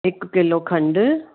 हिक किलो खंड